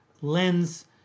lens